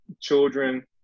children